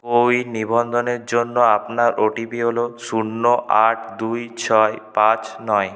কো win নিবন্ধনের জন্য আপনার ওটিপি হল শূন্য আট দুই ছয় পাঁচ নয়